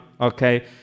okay